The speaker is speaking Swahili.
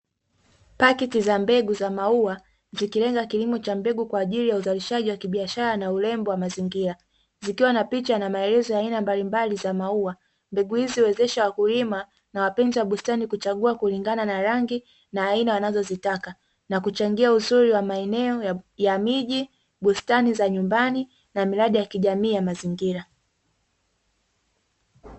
Paketi za mbegu za maua zikilenga kilimo cha mbegu kwa ajili ya uzalishaji wa kibiashara na urembo wa mazingira. Zikiwa na picha na maelezo ya aina mbalimbali za maua. Mbegu hizi huwezesha wakulima na wapenzi wa bustani kuchagua kulingana na rangi na aina wanazozitaka, na kuchangia uzuri wa maeneo ya miji, bustani za nyumbani na miradi ya kijamii ya mazingira.